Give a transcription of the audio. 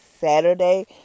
Saturday